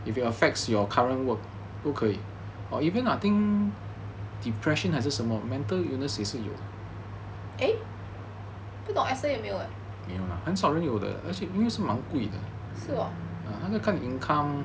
eh 不懂 esther 有没有 leh